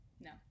No